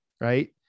right